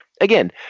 again